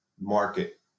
market